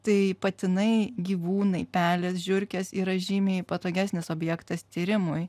tai patinai gyvūnai pelės žiurkės yra žymiai patogesnis objektas tyrimui